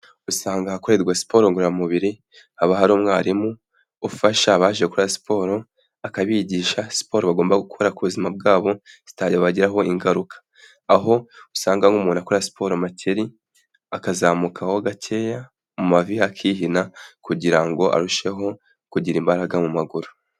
Usanga ahakorerwa siporo ngororamubiri haba hari umwarimu ufasha abaje gukora siporo akabigisha siporo bagomba gukora ku buzima bwabo zitabagiraho ingaruka, aho usanga nk'umuntu akora siporo makeri, akazamukaho gakeya mu mavi hakihina kugira ngo arusheho kugira imbaraga mu maguru.